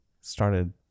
Started